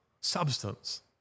substance